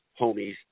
homies